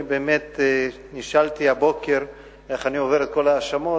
אני באמת נשאלתי הבוקר איך אני עובר את כל ההאשמות,